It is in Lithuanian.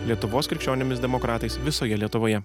lietuvos krikščionimis demokratais visoje lietuvoje